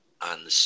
on